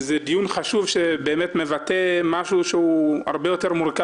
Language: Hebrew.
זה דיון חשוב שמבטא משהו מורכב.